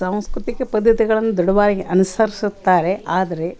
ಸಾಂಸ್ಕೃತಿಕ ಪದ್ಧತಿಗಳನ್ನು ದೃಢವಾಗಿ ಅನುಸರಿಸುತ್ತಾರೆ ಆದರೆ